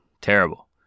Terrible